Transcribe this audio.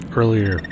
earlier